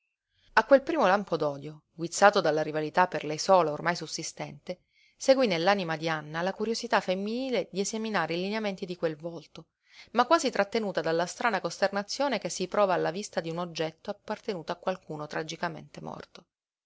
a quel primo lampo d'odio guizzato dalla rivalità per lei sola ormai sussistente seguí nell'anima di anna la curiosità femminile di esaminare i lineamenti di quel volto ma quasi trattenuta dalla strana costernazione che si prova alla vista di un oggetto appartenuto a qualcuno tragicamente morto